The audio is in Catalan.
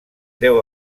deu